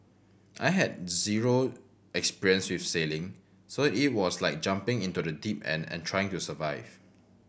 I had zero experience with sailing so it was like jumping into the deep end and trying to survive